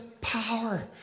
power